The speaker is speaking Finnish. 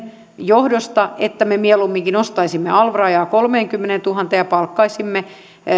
johdosta että me mieluumminkin nostaisimme alv rajaa kolmeenkymmeneentuhanteen ja